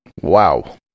Wow